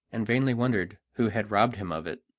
and vainly wondered who had robbed him of it.